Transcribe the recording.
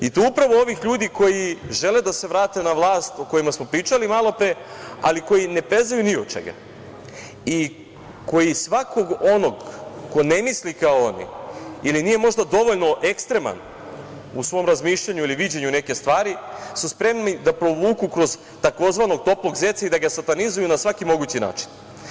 I tu upravo ovih ljudi koji žele da se vrate na vlast, o kojima smo pričali malopre, ali koji ne prezaju ni od čega i koji svakog onog ko ne misli kao oni ili nije možda dovoljno ekstreman u svom razmišljanju ili viđenju neke stvari su spremni da provuku kroz takozvanog toplog zeca i da ga satanizuju na svaki mogući način.